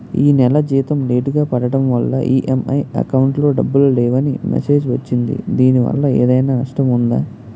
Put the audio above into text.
ఈ నెల జీతం లేటుగా పడటం వల్ల ఇ.ఎం.ఐ అకౌంట్ లో డబ్బులు లేవని మెసేజ్ వచ్చిందిదీనివల్ల ఏదైనా నష్టం ఉందా?